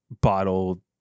bottle